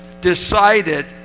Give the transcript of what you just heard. decided